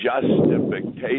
justification